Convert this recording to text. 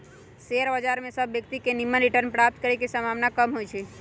share बजार में सभ व्यक्तिय के निम्मन रिटर्न प्राप्त करे के संभावना कम होइ छइ